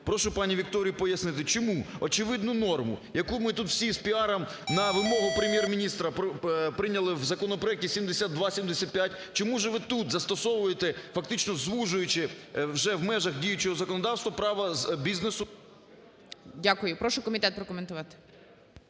Прошу пані Вікторію пояснити, чому очевидну норму, яку ми тут всі з піаром на вимогу Прем'єр-міністра прийняли в законопроекті 7275, чому ж ви тут застосовуєте, фактично, звужуючи вже в межах діючого законодавства право бізнесу… ГОЛОВУЮЧИЙ. Дякую. Прошу комітет прокоментувати.